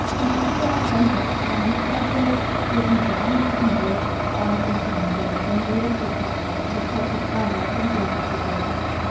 because they're authentic, and because they're they're designed to convert on instagram stories, they're native to the platform. it looks like your friend or influencer could be posting it.